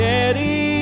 Daddy